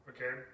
Okay